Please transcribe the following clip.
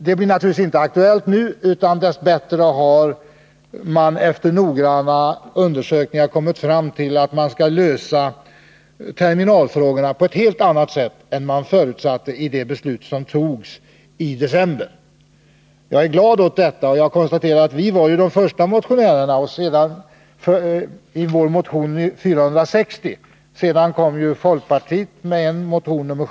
Det blir naturligtvis inte aktuellt nu, utan dess bättre har man efter noggranna undersökningar kommit fram till att man skall lösa terminalfrågorna på ett helt annat sätt än vad som förutsattes i det beslut som riksdagen fattade i december. Jag är glad åt detta. Jag konstaterar att vi centerpartister med vår motion 460 var de första motionärer som krävde åtgärder för att minska kostnaderna för flyttningen av jettrafiken från Bromma till Arlanda.